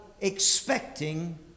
Expecting